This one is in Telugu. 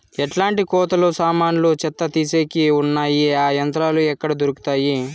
ఎట్లాంటి కోతలు సామాన్లు చెత్త తీసేకి వున్నాయి? ఆ యంత్రాలు ఎక్కడ దొరుకుతాయి?